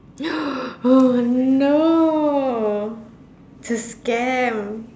oh no it's a scam